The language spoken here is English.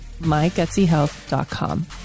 mygutsyhealth.com